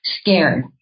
scared